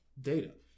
Data